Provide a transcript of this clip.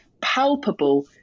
palpable